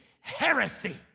heresy